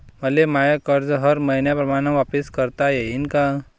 मले माय कर्ज हर मईन्याप्रमाणं वापिस करता येईन का?